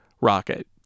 rocket